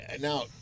Now